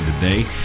today